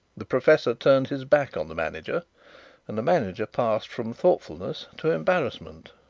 the professor turned his back on the manager and the manager passed from thoughtfulness to embarrassment.